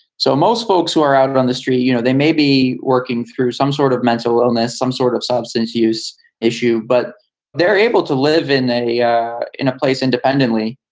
so most folks who are out on the street, you know, they may be working through some sort of mental illness, some sort of substance use issue, but they're able to live in a yeah in a place independently.